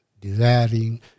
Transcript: desiring